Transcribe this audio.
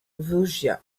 vosgien